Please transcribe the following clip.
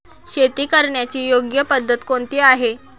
शेती करण्याची योग्य पद्धत कोणती आहे?